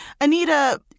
Anita